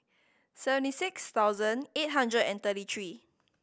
seventy six thousand eight hundred and thirty three